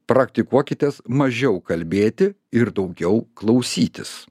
praktikuokitės mažiau kalbėti ir daugiau klausytis